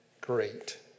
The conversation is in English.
great